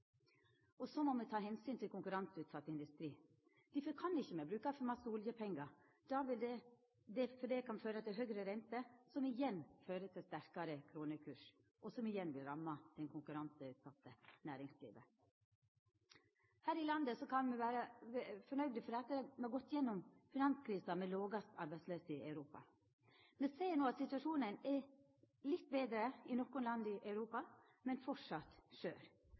sin. Så må me ta omsyn til konkurranseutsett industri. Difor kan me ikkje bruka for mykje oljepengar, for det kan føra til høgare renter, som igjen fører til sterkare kronekurs, og som igjen vil ramma det konkurranseutsette næringslivet. Her i landet kan me vera fornøgde med at me har gått igjennom finanskrisa med den lågaste arbeidsløysa i Europa. Me ser no at situasjonen er litt betre i nokre land i Europa, men